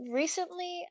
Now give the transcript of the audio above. recently